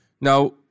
Now